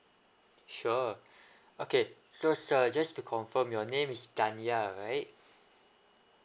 sure okay so sir just to confirm your name is kanya right